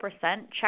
check